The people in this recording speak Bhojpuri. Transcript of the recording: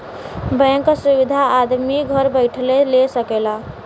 बैंक क सुविधा आदमी घर बैइठले ले सकला